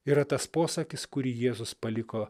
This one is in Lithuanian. yra tas posakis kurį jėzus paliko